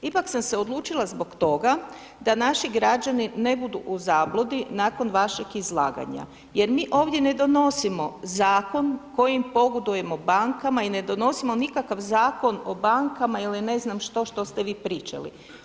Ipak sam se odlučila zbog toga da naši građani ne budu u zabludi nakon vašeg izlaganja jer mi ovdje ne donosimo zakon kojim pogodujemo bankama i ne donosimo nikakav Zakon o bankama ili ne znam što, što ste vi pričali.